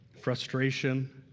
frustration